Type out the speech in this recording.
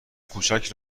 کوچک